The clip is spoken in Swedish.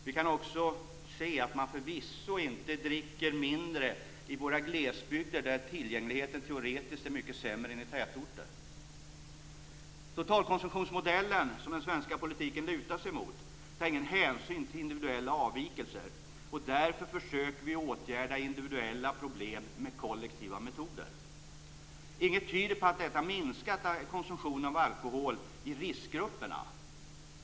Vi kan också se att man förvisso inte dricker mindre i våra glesbygder, där tillgängligheten teoretiskt är mycket sämre än i tätorter. Totalkonsumtionsmodellen, som den svenska politiken lutar sig mot, tar ingen hänsyn till individuella avvikelser, och därför försöker vi åtgärda individuella problem med kollektiva metoder. Inget tyder på att detta minskat konsumtionen av alkohol i riskgrupperna.